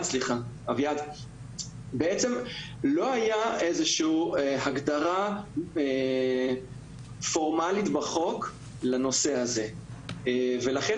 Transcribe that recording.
בעצם לא הייתה איזושהי הגדרה פורמלית בחוק לנושא הזה ולכן